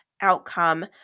outcome